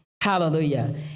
Hallelujah